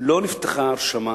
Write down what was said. או שישה, אני לא בטוח,